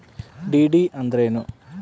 DD ಅಂದ್ರೇನು?